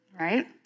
right